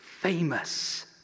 famous